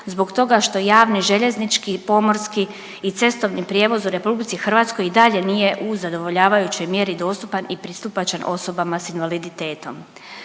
zbog toga što javni željeznički, pomorski i cestovni prijevoz u RH i dalje nije u zadovoljavajućoj mjeri dostupan i pristupačan osobama s invaliditetom.